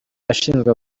ashinzwe